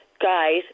guys